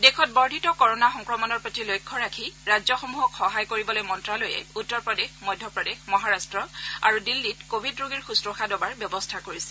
দেশত বৰ্ধিত কৰোণা সংক্ৰমণৰ প্ৰতি লক্ষ্য ৰাখি ৰাজ্যসমূহক সহায় কৰিবলৈ মন্ত্যালয়ে উত্তৰ প্ৰদেশ মধ্য প্ৰদেশ মহাৰাট্ট আৰু দিল্লীত কোৱিড শুশ্ৰ্যা ডবাৰ ব্যৱস্থা কৰিছে